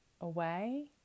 away